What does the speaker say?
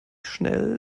schnell